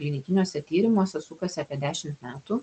klinikiniuose tyrimuose sukasi apie dešimt metų